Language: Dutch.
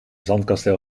zandkasteel